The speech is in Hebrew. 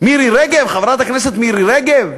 חברת הכנסת מירי רגב,